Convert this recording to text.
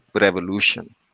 revolution